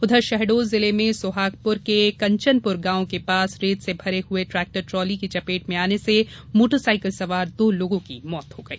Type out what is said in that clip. उधर शहडोल जिले में सोहगपुर के कंचनपुर गांव के पास रेत से भरे हुए ट्रेक्टरट्राली की चपेट में आने से मोटरसाइकिल सवार दो लोगों की मौत हो गई